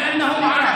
אני רוצה להבין.